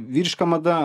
vyriška mada